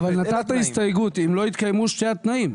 אבל נתת הסתייגות, אם לא יתקיימו שני התנאים.